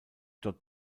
dort